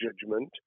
judgment